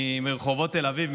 מרחובות תל אביב,